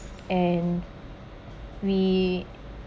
and we